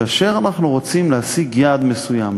כאשר אנחנו רוצים להשיג יעד מסוים,